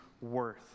worth